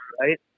right